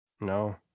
No